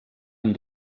amb